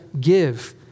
give